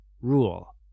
rule